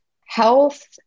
health